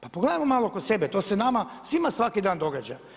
Pa pogledajmo malo oko sebe, to se nama svima svaki dan događa.